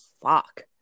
fuck